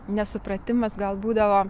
nesupratimas gal būdavo